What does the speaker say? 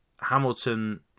Hamilton